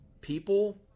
people